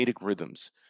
rhythms